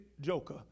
joker